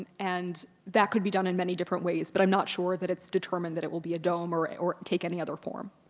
and and that could be done in many different ways, but i'm not sure that it's determined that it will be a dome or ah or take any other form.